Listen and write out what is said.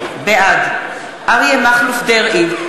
בעד אריה מכלוף דרעי,